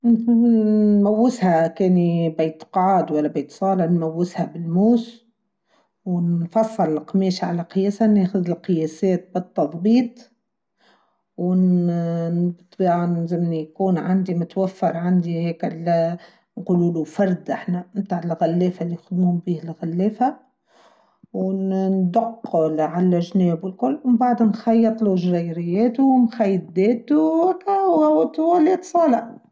ننوزها كان بيت قعاد ولا بيت صالة ننوزها بالموس ونفصر القميش على قياسة ناخذ القياسات بالتضبيط ونطبعاً زي ما يكون عندي متوفر عندي هكذا نقول له فرد احنا نتاع الغليفة نسمون به الغليفة وندقه على جناب وكل وبعد نخيط له جريريات ونخيط ديته و كاهو وطولة صالة.